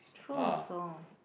true also